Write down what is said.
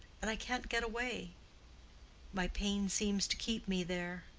and i can't get away my pain seems to keep me there.